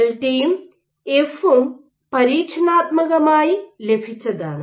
ഡെൽറ്റയും എഫും പരീക്ഷണാത്മകമായി ലഭിച്ചതാണ്